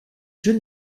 jeu